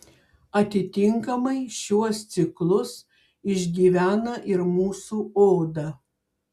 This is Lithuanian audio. atitinkamai šiuos ciklus išgyvena ir mūsų oda